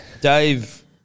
Dave